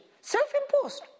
Self-imposed